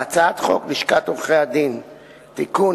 בהצעת חוק לשכת עורכי-הדין (תיקון,